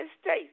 States